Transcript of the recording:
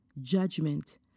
Judgment